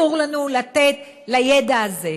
אסור לנו לתת לידע הזה,